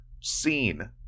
seen